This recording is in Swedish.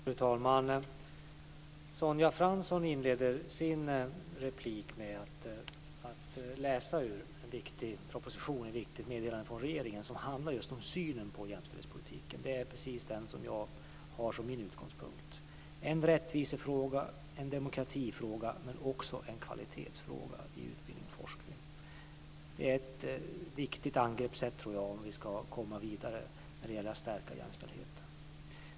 Fru talman! Sonja Fransson inledde sitt inlägg med att läsa ur en viktig proposition från regeringen som handlar just om synen på jämställdhetspolitiken. Det är precis den som jag har som min utgångspunkt - en rättvisefråga, en demokratifråga, men också en kvalitetsfråga i utbildning och forskning. Jag tror att det är ett viktigt angreppssätt om vi ska komma vidare när det gäller att stärka jämställdheten.